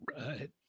right